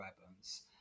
weapons